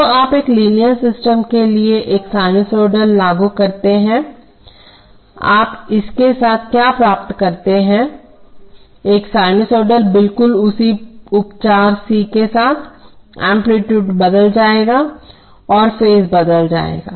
तोआप एक linear system के लिए एक साइनसॉइडल लागू करते हैंआप इसके साथ क्या प्राप्त करते हैं एक साइनसॉइडल बिल्कुल उसी उपचार c के साथ एम्पलीटूड बदल जाएगा और फेज बदल जाएगा